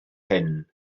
hyn